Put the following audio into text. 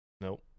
nope